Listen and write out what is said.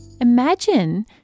Imagine